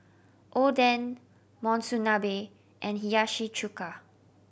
Oden Monsunabe and Hiyashi Chuka